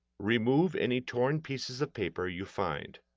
remove any torn pieces of paper you find.